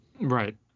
Right